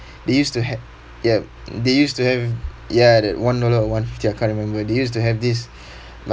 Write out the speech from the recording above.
they used to ha~ ya they used to have ya that one dollar or one fifty I can't remember they used to have this